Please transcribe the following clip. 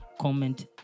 comment